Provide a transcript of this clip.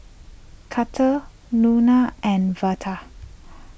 Carter Luana and Veda